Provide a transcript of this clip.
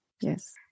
Yes